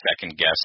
second-guess